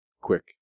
quick